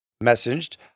messaged